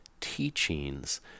teachings